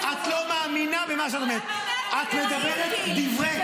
אל תעשה לי --- תקרא את חוק איסור הפליה